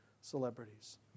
celebrities